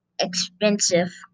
expensive